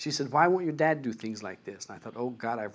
she said why would your dad do things like this i thought oh god i